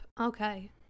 okay